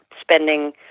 spending